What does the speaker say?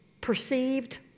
perceived